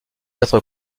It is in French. être